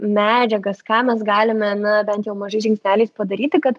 medžiagas ką mes galime na nebent jau mažais žingsneliais padaryti kad